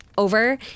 Over